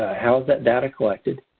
ah how is that data collected?